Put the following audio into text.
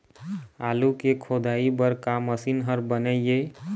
आलू के खोदाई बर का मशीन हर बने ये?